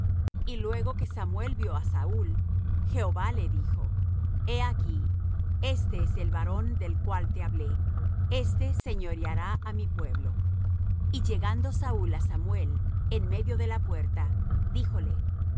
y luego que samuel vió á saúl jehová le dijo he aquí éste es el varón del cual te hablé éste señoreará á mi pueblo y llegando saúl á samuel en medio de la puerta díjole